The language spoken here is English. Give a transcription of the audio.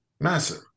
Massive